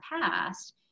past